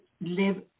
live